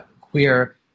queer